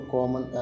Common